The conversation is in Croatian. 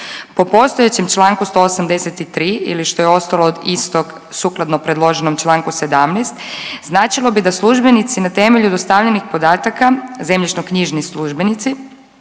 po postojećem čl. 183. ili što je ostalo od istog sukladno predloženom čl. 17. značilo bi da službenici na temelju dostavljenih podataka, zemljišnoknjižni službenici,